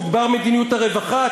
תוגבר מדיניות הרווחה,